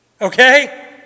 Okay